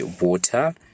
water